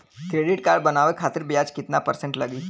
Credit card बनवाने खातिर ब्याज कितना परसेंट लगी?